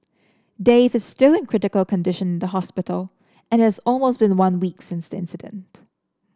Dave is still in critical condition in the hospital and it has almost been one week since the incident